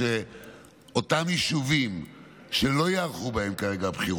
שאותם יישובים שלא ייערכו בהם כרגע הבחירות,